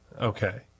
Okay